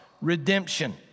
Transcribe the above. redemption